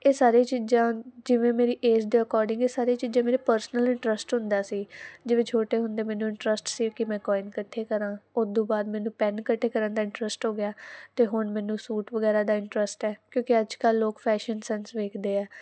ਇਹ ਸਾਰੀ ਚੀਜ਼ਾਂ ਜਿਵੇਂ ਮੇਰੀ ਏਜ ਦੇ ਅਕੋਰਡਿੰਗ ਇਹ ਸਾਰੀਆਂ ਚੀਜ਼ਾਂ ਮੇਰੇ ਪਰਸਨਲ ਇੰਟਰਸਟ ਹੁੰਦਾ ਸੀ ਜਿਵੇਂ ਛੋਟੇ ਹੁੰਦੇ ਮੈਨੂੰ ਇੰਟਰਸਟ ਸੀ ਕਿ ਮੈਂ ਕੋਇਨ ਇਕੱਠੇ ਕਰਾਂ ਉਸਤੋਂ ਬਾਅਦ ਮੈਨੂੰ ਪੈਨ ਇਕੱਠੇ ਕਰਨ ਦਾ ਇੰਟਰਸਟ ਹੋ ਗਿਆ ਤੇ ਹੁਣ ਮੈਨੂੰ ਸੂਟ ਵਗੈਰਾ ਦਾ ਇੰਟਰਸਟ ਹੈ ਕਿਉਂਕਿ ਅੱਜ ਕੱਲ ਲੋਕ ਫੈਸ਼ਨ ਸੈਂਸ ਵੇਖਦੇ ਆ